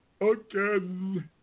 again